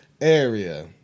area